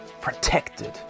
protected